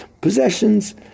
possessions